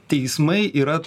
teismai yra